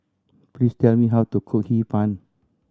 please tell me how to cook Hee Pan